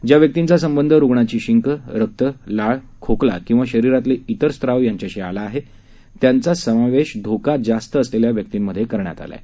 ज्या व्यक्तींचा संबंध रुग्णाची शिंक रक्त लाळ खोकला किंवा शरीरातले इतर स्राव यांच्याशी आला आहे त्यांचा समावेश धोका जास्त असलेल्या व्यक्तींमध्ये करण्यात आला आहे